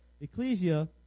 Ecclesia